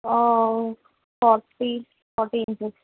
forty forty inches